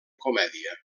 comèdia